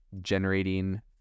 generating